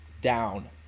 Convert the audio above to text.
Down